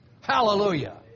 Hallelujah